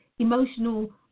emotional